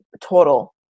total